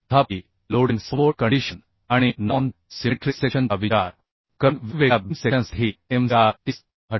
तथापि loading support condition आणि non symmetric सेक्शनचा विचार करून वेगवेगळ्या बीम सेक्शनसाठी mcr IS